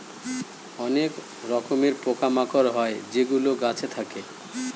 অনেক রকমের পোকা মাকড় হয় যেগুলো গাছে থাকে